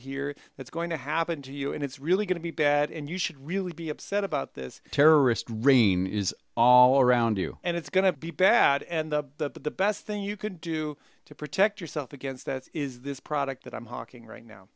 here that's going to happen to you and it's really going to be bad and you should really be upset about this terrorist rain is all around you and it's going to be bad and the best thing you could do to protect yourself against that is this product that i'm hawking right now